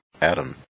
Adam